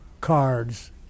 Cards